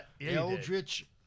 Eldritch